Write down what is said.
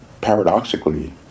paradoxically